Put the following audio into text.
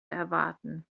erwarten